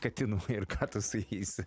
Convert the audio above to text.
katinų ir ką tu su jais